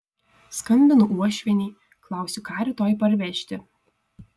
skambinu uošvienei klausiu ką rytoj parvežti